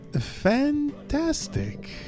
Fantastic